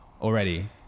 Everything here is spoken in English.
Already